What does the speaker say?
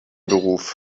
beruf